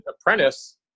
apprentice